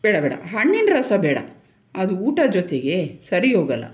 ಬೇಡ ಬೇಡ ಹಣ್ಣಿನ ರಸ ಬೇಡ ಅದು ಊಟದ ಜೊತೆಗೆ ಸರಿ ಹೋಗಲ್ಲ